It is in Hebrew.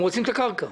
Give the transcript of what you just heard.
הם רוצים את הקרקע.